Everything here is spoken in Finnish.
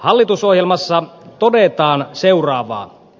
hallitusohjelmassa todetaan seuraavaa